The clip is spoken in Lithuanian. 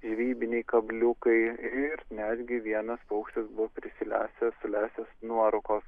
žvejybiniai kabliukai ir netgi vienas paukštis buvo prisilesę sulesęs nuorūkos